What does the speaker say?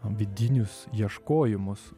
vidinius ieškojimus